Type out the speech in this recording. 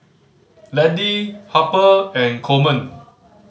Laddie Harper and Coleman